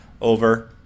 over